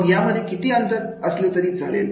मग यामध्ये किती अंतर असेल तरी चालेल